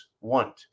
want